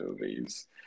movies